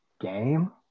game